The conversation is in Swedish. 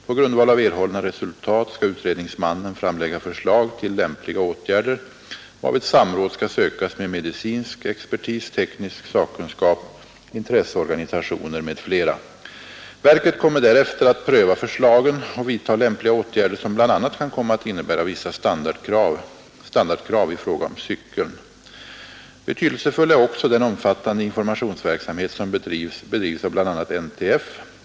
På grundval av erhållna resultat skall utredningsmannen framlägga förslag till lämpliga åtgärder, varvid samråd skall sökas med medicinsk expertis, teknisk sakkunskap, intresse Organisationer m.fl. Verket kommer därefter att pröva förslagen och vidtaga lämpliga åtgärder, som bl.a. kan komma att innebära vissa standardkrav i fråga om cykeln. Betydelsefull är också den omfattande informationsverksamhet som bedrivs av bl.a. NTF.